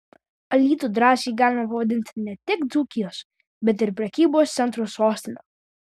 alytų drąsiai galima pavadinti ne tik dzūkijos bet ir prekybos centrų sostine